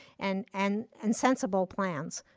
and and and sensible plans.